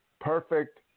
perfect